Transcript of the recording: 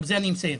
ובזה אני מסיים,